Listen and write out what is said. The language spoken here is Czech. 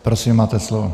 Prosím, máte slovo.